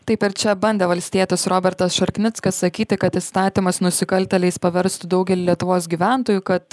taip ir čia bandė valstietis robertas šarknickas sakyti kad įstatymas nusikaltėliais paverstų daugelį lietuvos gyventojų kad